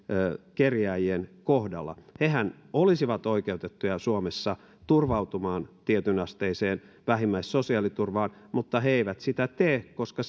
kerjääjien kohdalla hehän olisivat oikeutettuja suomessa turvautumaan tietynasteiseen vähimmäissosiaaliturvaan mutta he eivät sitä tee koska